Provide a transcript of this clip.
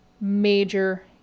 major